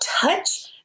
touch